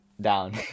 down